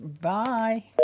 Bye